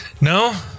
No